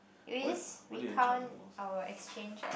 eh we just we count our exchange ah